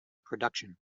production